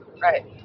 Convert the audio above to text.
Right